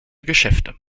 geschäfte